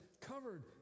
covered